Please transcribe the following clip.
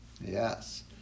Yes